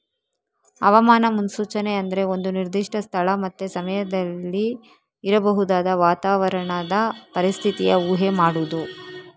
ಹವಾಮಾನ ಮುನ್ಸೂಚನೆ ಅಂದ್ರೆ ಒಂದು ನಿರ್ದಿಷ್ಟ ಸ್ಥಳ ಮತ್ತೆ ಸಮಯದಲ್ಲಿ ಇರಬಹುದಾದ ವಾತಾವರಣದ ಪರಿಸ್ಥಿತಿಯ ಊಹೆ ಮಾಡುದು